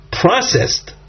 processed